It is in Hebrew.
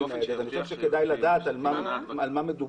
אני חושב שכדאי לדעת על מה מדובר.